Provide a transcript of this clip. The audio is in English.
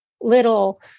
little